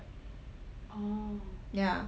ya